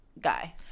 guy